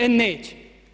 E neće!